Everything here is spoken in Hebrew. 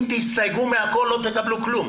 אם תסתייגו מהכול, לא תקבלום כלום